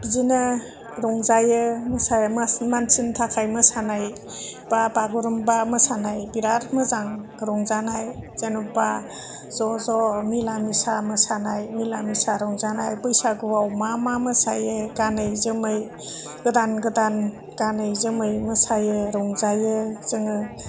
बिदिनो रंजायो मोसायो मानसिनि थाखाय मोसानाय बा बागुरुमबा मोसानाय बिराद मोजां रंजानाय जेनबा ज'ज' मिला मिसा मोसानाय मिला मिसा रंजानाय बैसागुआव मा मा मोसायो गानै जोमै गोदान गोदान गानै जोमै मोसायो रंजायो जोङो